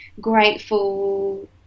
grateful